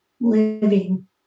living